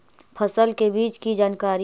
फसल के बीज की जानकारी?